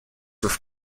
with